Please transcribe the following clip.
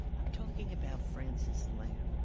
i'm talking about francis lam.